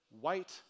white